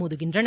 மோதுகின்றன